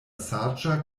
saĝa